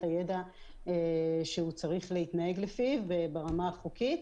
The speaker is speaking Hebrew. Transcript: הידע שהוא צריך להתנהג לפיו ברמה החוקית.